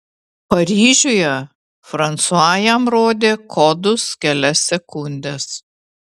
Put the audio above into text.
paryžiuje fransua jam rodė kodus kelias sekundes